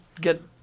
get